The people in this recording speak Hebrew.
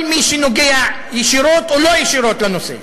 עם כל מי שנוגע ישירות או לא ישירות לנושא.